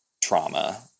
trauma